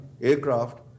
aircraft